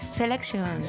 selection